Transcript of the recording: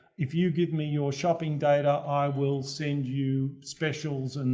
if you give me your shopping data, i will send you specials, and